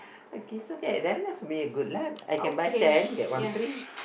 okay so then just be a good luck I can buy ten get one free